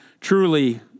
truly